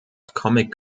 comic